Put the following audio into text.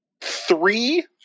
three